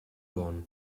bonn